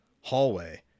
hallway